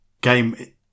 game